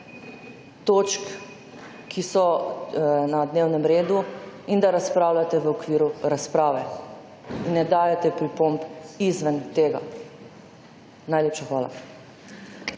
točk, ki so na dnevnem redu, in da razpravljate v okviru razprave, ne dajete pripomb izven tega. Najlepša hvala.